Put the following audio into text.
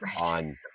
on